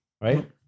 Right